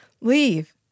leave